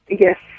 Yes